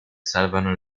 salvano